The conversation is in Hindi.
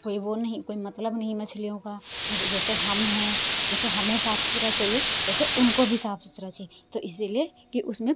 कोई वो नहीं कोई मतलब नहीं मछलियों का मतलब जैसे हम हैं जैसे हमें साफ सुथरा चाहिए तो उनको भी साफ़ सुथरा चाहिए तो इसीलिए कि उसमें